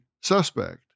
suspect